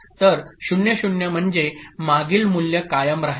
तर 0 0 म्हणजे मागील मूल्य कायम राहील